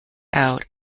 out